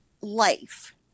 life